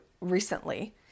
recently